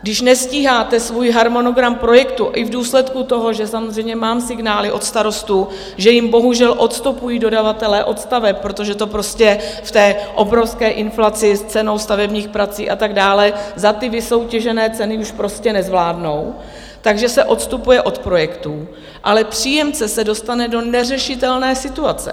Když nestíháte svůj harmonogram projektu i v důsledku toho, že samozřejmě mám signály od starostů, že jim bohužel odstupují dodavatelé od staveb, protože to prostě v té obrovské inflaci s cenou stavebních prací a tak dále za ty vysoutěžené ceny už prostě nezvládnou, takže se odstupuje od projektů, ale příjemce se dostane do neřešitelné situace.